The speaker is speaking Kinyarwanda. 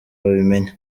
babimenye